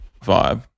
vibe